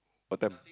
what time